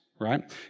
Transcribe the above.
Right